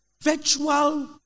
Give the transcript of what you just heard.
virtual